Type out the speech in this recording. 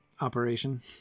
operation